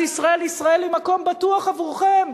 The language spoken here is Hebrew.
ישראל: ישראל היא מקום בטוח עבורכם